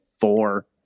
Four